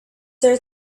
there